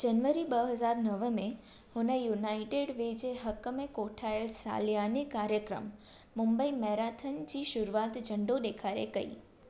जनवरी ॿ हज़ार नव में हुन यूनाइटेड वे जे हक़ में कोठायलु सालियाने कार्यक्रम मुंबई मैराथन जी शुरूआत झंडो ॾेखारे कई